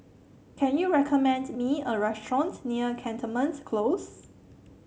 can you recommend me a restaurant near Cantonment Close